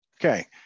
Okay